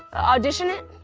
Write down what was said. audition it.